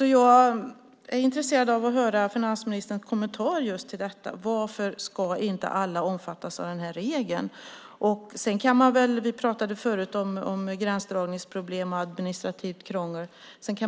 Jag är intresserad av att höra finansministerns kommentar till detta. Varför ska inte alla omfattas av den här regeln? Vi pratade förut om gränsdragningsproblem och administrativt krångel.